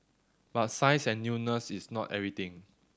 but size and newness is not everything